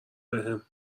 بهم